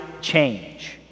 change